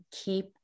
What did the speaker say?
keep